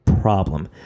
problem